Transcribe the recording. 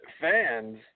fans